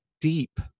deep